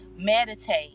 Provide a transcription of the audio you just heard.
meditate